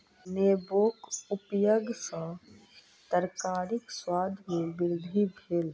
नेबोक उपयग सॅ तरकारीक स्वाद में वृद्धि भेल